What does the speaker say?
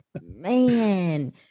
man